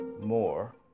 more